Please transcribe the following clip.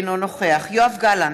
אינו נוכח יואב גלנט,